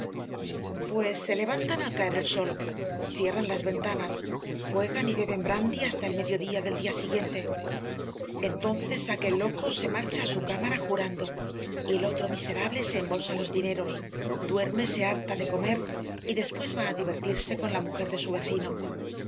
pues se levantan al caer el sol cierran las ventanas juegan y beben brandyhasta el mediodía del día siguiente entonces aquel loco se marcha a su cámara jurando y el otro miserable se embolsa los dineros duerme se harta de comer y después va a divertirse con la mujer de su vecino